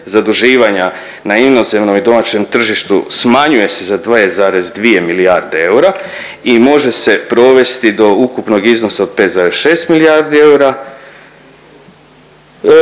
zaduživanja na inozemnom i domaćem tržištu smanjuje se za 2,2 milijarde eura i može se provesti do ukupnog iznosa od 5,6 milijardi eura.